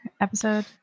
episode